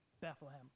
bethlehem